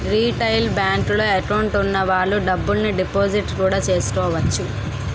retail బేంకుల్లో account వున్న వాళ్ళు డబ్బుల్ని డిపాజిట్టు కూడా చేసుకోవచ్చు